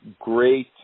great